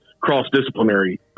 cross-disciplinary